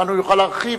וכמובן הוא יוכל להרחיב,